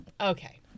Okay